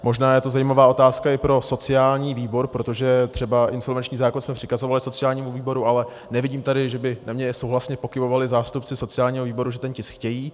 Možná je to zajímavá otázka i pro sociální výbor, protože třeba insolvenční zákon jsme přikazovali sociálnímu výboru, ale nevidím tady, že by na mě souhlasně pokyvovali zástupci sociálního výboru, že ten tisk chtějí.